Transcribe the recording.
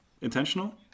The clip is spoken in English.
intentional